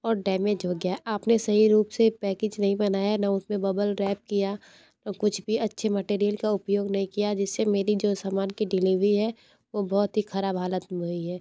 और डैमेज हो गया है आपने सही रूप से पैकेज नहीं बनाया न उसमें बबल रैप किया कुछ भी अच्छे से मटेरियल का उपयोग नहीं किया जिससे मेरी जो समान की डिलेवरी है वह बहुत ही ख़राब हालत में हुई है